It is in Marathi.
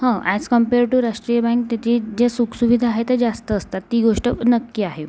हं ॲज कम्पेअर टू राष्ट्रीय बँक तर ती ज्या सुखसुविधा आहे त्या जास्त असतात ती गोष्ट नक्की आहे